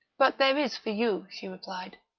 but there is for you, she replied.